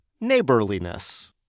neighborliness